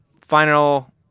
final